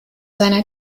seiner